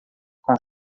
com